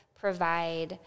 provide